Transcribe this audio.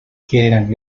quieren